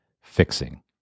fixing